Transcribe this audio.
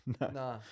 no